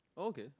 okay